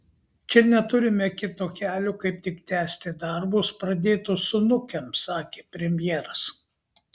čia neturime kito kelio kaip tik tęsti darbus pradėtus su nukem sakė premjeras